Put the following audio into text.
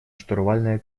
штурвальное